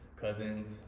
cousins